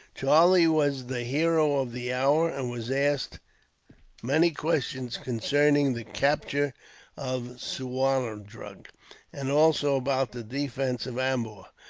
charlie was the hero of the hour, and was asked many questions concerning the capture of suwarndrug and also about the defence of ambur,